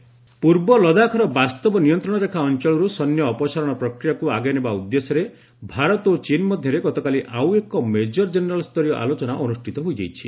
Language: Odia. ଇଣ୍ଡିଆ ଚାଇନା ପୂର୍ବ ଲଦାଖର ବାସ୍ତବ ନିୟନ୍ତ୍ରଣରେଖା ଅଞ୍ଚଳରୁ ସୈନ୍ୟ ଅପସାରଣ ପ୍ରକ୍ରିୟାକୁ ଆଗେଇନେବା ଉଦ୍ଦେଶ୍ୟରେ ଭାରତ ଓ ଚୀନ୍ ମଧ୍ୟରେ ଗତକାଲି ଆଉ ଏକ ମେଜର ଜେନେରାଲ ସ୍ତରୀୟ ଆଲୋଚନା ଅନୁଷ୍ଠିତ ହୋଇଯାଇଛି